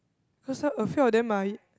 also a few of them my